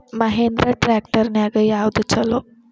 Mahindra tractor ನ್ಯಾಗ ಯಾವ್ದ ಛಲೋ?